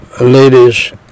Ladies